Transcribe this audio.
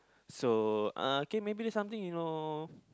so uh K maybe something you know